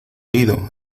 ido